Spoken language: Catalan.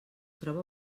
troba